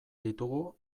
ditugu